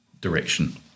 direction